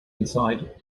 inside